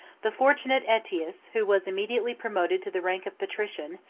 the fortunate aetius, who was immediately promoted to the rank of patrician,